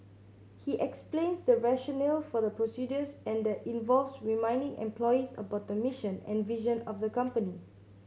he explains the rationale for the procedures and that involves reminding employees about the mission and vision of the company